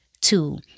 two